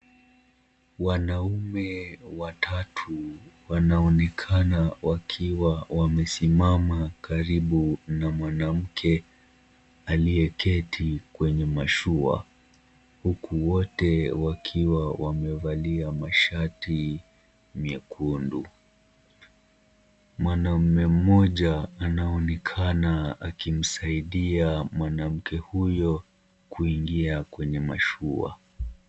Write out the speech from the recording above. Wanaume watatu wanaonekana wakiwa wamesimama karibu na mwanamke aliteketi kwenye mashua huku wote wakiwa wamevalia mashati vyekundu. Mwanaume moja anaonekana akimsaidia mwanamke huyo kuingia kwenye mashua.